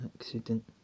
accident